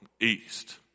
east